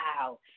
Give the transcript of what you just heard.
wow